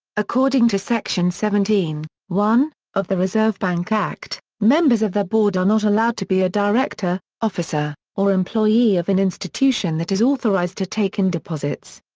according to section seventeen one of the reserve bank act, members of the board are not allowed to be a director, officer, or employee of an institution that is authorised to take in deposits.